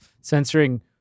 censoring